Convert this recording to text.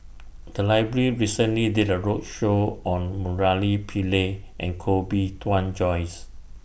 The Library recently did A roadshow on Murali Pillai and Koh Bee Tuan Joyce